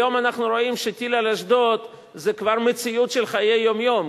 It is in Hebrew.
היום אנחנו רואים שטיל על אשדוד זה כבר מציאות של חיי היום-יום.